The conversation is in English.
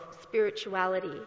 spirituality